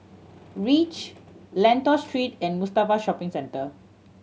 Reach Lentor Street and Mustafa Shopping Centre